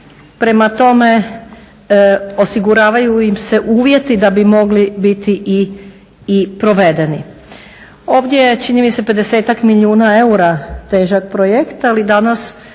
Prema tome, osiguravaju im se uvjeti da bi mogli biti i provedeni. Ovdje je čini mi se pedesetak milijuna eura težak projekt, ali danas